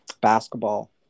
basketball